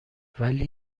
ولی